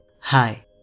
Hi